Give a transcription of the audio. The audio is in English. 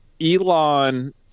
Elon